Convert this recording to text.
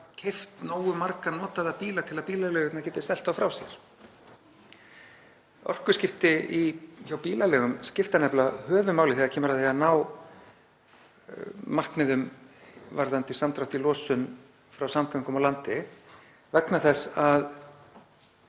keypt nógu marga notaða bíla svo bílaleigurnar geti selt þá frá sér. Orkuskipti hjá bílaleigum skipta nefnilega höfuðmáli þegar kemur að því að ná markmiðum varðandi samdrátt í losun frá samgöngum á landi vegna þess að